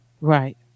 Right